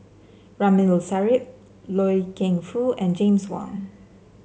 Ramli Sarip Loy Keng Foo and James Wong